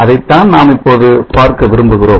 அதைத்தான் நாம் இப்போது பார்க்க விரும்புகிறோம்